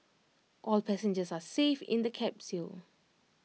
all passengers are safe in the capsule